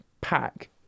pack